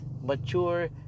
mature